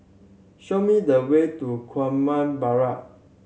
show me the way to Barrack